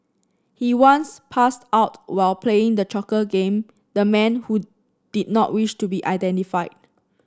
he once passed out while playing the choking game the man who did not wish to be identified